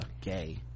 gay